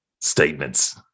statements